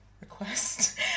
request